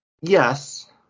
yes